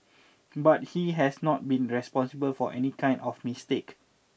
but he has not been responsible for any kind of mistake